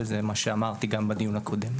וזה מה שאמרתי גם בדיון הקודם,